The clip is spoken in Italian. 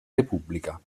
repubblica